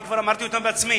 אני כבר אמרתי אותן בעצמי,